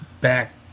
back